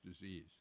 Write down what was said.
disease